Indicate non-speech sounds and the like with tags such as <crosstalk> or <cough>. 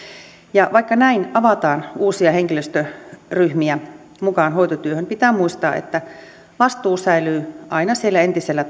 ja vaikka näin avataan uusia henkilöstöryhmiä mukaan hoitotyöhön pitää muistaa että vastuu säilyy aina siellä entisellä <unintelligible>